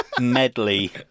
medley